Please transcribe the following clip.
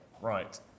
Right